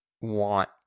want